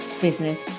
business